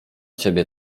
ciebie